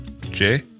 Jay